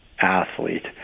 athlete